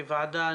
כוועדה,